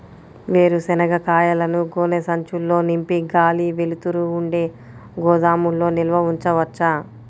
వేరుశనగ కాయలను గోనె సంచుల్లో నింపి గాలి, వెలుతురు ఉండే గోదాముల్లో నిల్వ ఉంచవచ్చా?